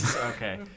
Okay